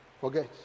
Forget